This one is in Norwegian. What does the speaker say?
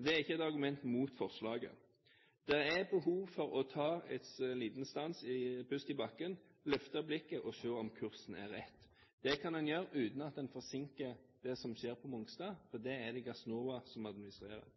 det er ikke et argument mot forslaget. Det er behov for å ta en liten stans, en pust i bakken, og løfte blikket for å se om kursen er rett. Det kan en gjøre uten at en forsinker det som skjer på Mongstad, for det er det Gassnova som administrerer.